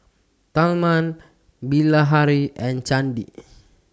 Tharman Bilahari and Chandi